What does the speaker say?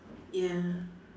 ya